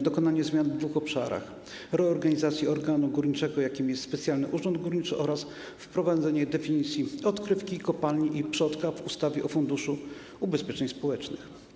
dokonanie zmian w dwóch obszarach: reorganizacji organu górniczego, jakim jest Specjalistyczny Urząd Górniczy, oraz wprowadzenia definicji odkrywki, kopalni i przodka w ustawie dotyczącej Funduszu Ubezpieczeń Społecznych.